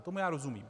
Tomu já rozumím.